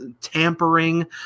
tampering